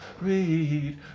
read